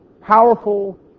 powerful